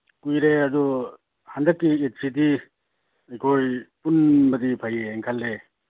ꯀꯨꯏꯔꯦ ꯑꯗꯨ ꯍꯟꯗꯀꯀꯤ ꯏꯗꯁꯤꯗꯤ ꯑꯩꯈꯣꯏ ꯄꯨꯟꯕꯗꯤ ꯐꯩꯌꯦꯅ ꯈꯜꯂꯦ